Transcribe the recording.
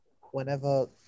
whenever